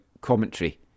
commentary